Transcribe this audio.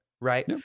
Right